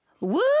Woo